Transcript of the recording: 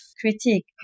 critique